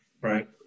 Right